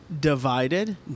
Divided